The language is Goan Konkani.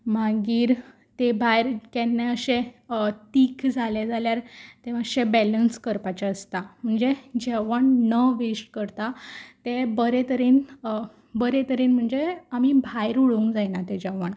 मागीर ते भायर केन्नाय अशें जाल्यार ते मातशें बेलंस करपाचें आसता म्हणजे जें जेवण न वेस्ट करता तें बरें तरेन बरें तरेन म्हणजे आमी भायर उडोवंक जायना तें जेवण